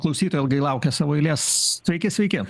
klausytoja ilgai laukia savo eilės sveiki sveiki